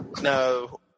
no